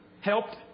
helped